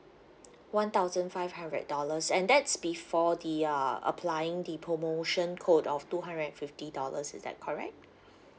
one thousand five hundred dollars and that's before the uh applying the promotion code of two hundred and fifty dollars is that correct